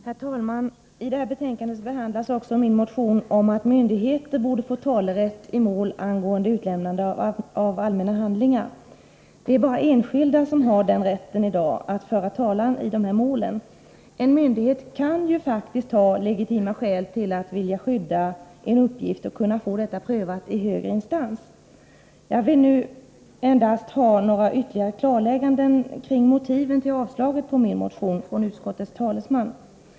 Herr talman! I detta betänkande behandlas bl.a. min motion om att myndigheter borde få rätt att föra talan i mål angående utlämnande av allmänna handlingar. Det är bara enskilda som i dag har rätt att föra talan i sådana mål. Men en myndighet kan faktiskt ha legitima skäl att vilja skydda en uppgift och kunna få detta prövat i högre instans. Jag vill nu endast ha några ytterligare klarlägganden från utskottets talesman kring motiven för avstyrkandet av min motion.